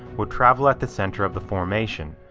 would travel at the center of the formation.